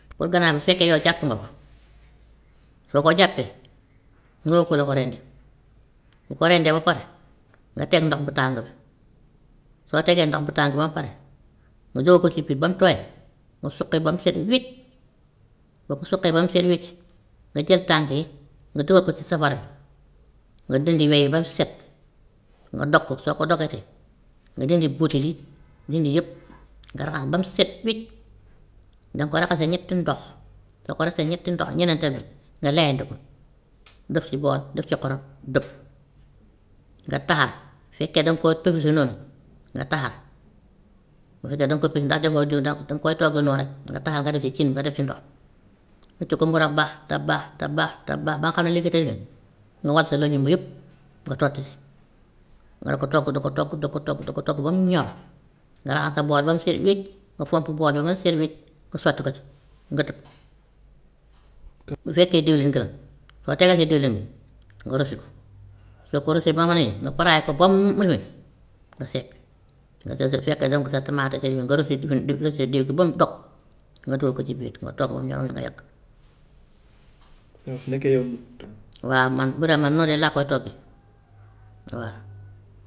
Pour ganaar bi su fekkee yow jàpp nga ko, soo ko jàppee nga woo ku la ko rendil, bu ko rendee ba pare nga teg ndox bu tàng bi, soo tegee ndox mu tàng bi ba pare nga dugal ko si biir ba mu tooy, nga suqi ba mu set wicc, boo ko suqee ba mu set wicc nga jël tànk yi nga dugal ko ci safara bi nga dindi we yi ba ñu set, nga dog ko soo ko dogotee nga dindi butit yi dindi yëpp nga raxas ba mu set wicc, danga ko raxasee ñetti ndox, soo ko raxasee ñetti ndox, ñenental bi nga layandi ko def ci bool def ci xorom, dëpp. Nga taxal, fekkee danga koo pepesu noonu nga taxal, bu fekkee danga koo pepesu ndax defoo diw nag danga koy togg noonu rek nga taxal nga def ci cin bi nga def ci ndox, wocc ko mu da bax, da bax, da bax, da bax ba nga xam ne léegi te ne mu wal sa léjum bi yëpp nga sotti si. Nga di ko togg, di ko togg, di ko togg, di ko togg ba mu ñor nga raxas sa bool ba mu set wecc nga fomp bool bi ba mu set wecc nga sotti ko ci nga tëj ko. Te bu fekkee diwlin nga, soo tegee si diwlin bi nga rosi ko, soo ko rosee boo mënee nga frie ko ba mu lifin nga seppi, nga su fekkee jamb sa tamaate sa ñoom nga rosi diwlin di rosee diw gi ba mu dog nga dugal ko ci biir nga togg mu ñor nga yekk. Yow su nekkee yaa togg. waa man bu dee man noonu rek laa koy toggee waa.